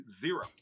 zero